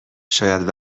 شاید